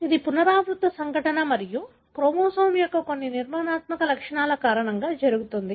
ఇది పునరావృత సంఘటన మరియు క్రోమోజోమ్ యొక్క కొన్ని నిర్మాణాత్మక లక్షణాల కారణంగా జరుగుతుంది